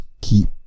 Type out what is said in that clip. keep